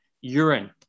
urine